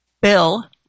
Bill